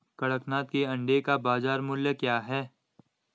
कड़कनाथ के अंडे का बाज़ार मूल्य क्या है?